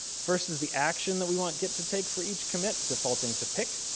first, is the action that we want git to take for each commit, defaulting to pick.